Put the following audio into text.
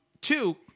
Two